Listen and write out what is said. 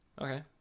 okay